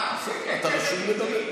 אבידר, אין כפל מבצעים.